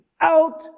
out